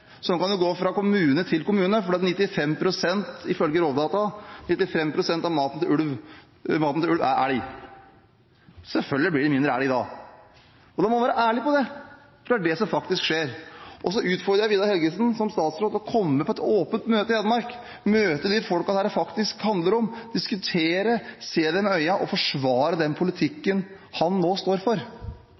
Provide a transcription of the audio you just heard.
Sånn kan en gå fra kommune til kommune, for ifølge Rovdata er 95 pst. av maten til ulven elg. Selvfølgelig blir det mindre elg da. Man må være ærlig om det, for det er faktisk det som skjer. Jeg utfordrer Vidar Helgesen som statsråd til å komme på et åpent møte i Hedmark og møte de menneskene dette faktisk handler om – diskutere, se dem i øynene og forsvare den politikken han står for.